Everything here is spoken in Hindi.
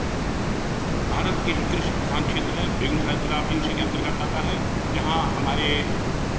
भारत के जो कृषि प्रधान क्षेत्र है बेगुसराय जिला भी उसीके अंतर्गत अता है जहाँ हमारे